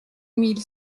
mille